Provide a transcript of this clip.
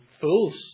fools